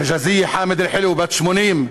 חג'אזיה חאמד אלחילו, בת 80,